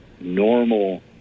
normal